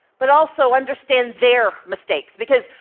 but also understand their mistakes, because,